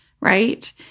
right